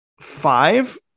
five